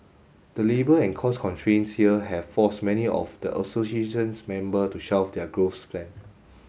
the labour and cost constraints here have forced many of the association's member to shelf their growth plan